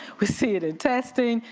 we see it in testing.